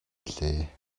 билээ